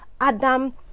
Adam